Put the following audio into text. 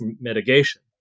mitigation